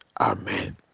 Amen